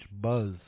buzz